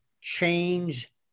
change